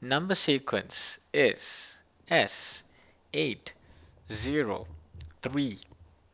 Number Sequence is S eight zero three